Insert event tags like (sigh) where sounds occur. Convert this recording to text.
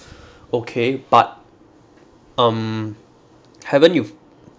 (breath) okay but um haven't you